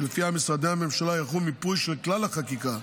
שלפיה משרדי הממשלה יערכו מיפוי של כלל החקיקה,